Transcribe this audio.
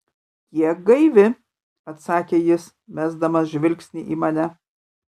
kiek gaivi atsakė jis mesdamas žvilgsnį į mane